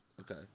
Okay